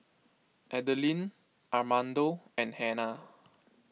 Adeline Armando and Hannah